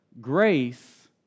grace